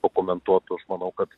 pakomentuotų aš manau kad